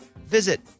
visit